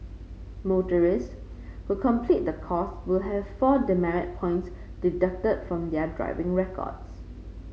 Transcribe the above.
motorists who complete the course will have four demerit points deducted from their driving records